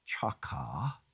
chaka